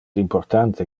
importante